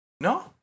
No